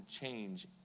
change